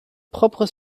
propres